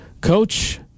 Coach